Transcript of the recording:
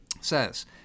says